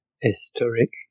Historic